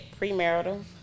premarital